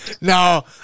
No